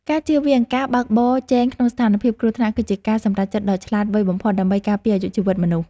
ការជៀសវាងការបើកបរជែងក្នុងស្ថានភាពគ្រោះថ្នាក់គឺជាការសម្រេចចិត្តដ៏ឆ្លាតវៃបំផុតដើម្បីការពារអាយុជីវិតមនុស្ស។